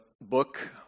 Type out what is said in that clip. book